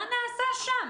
מה נעשה שם?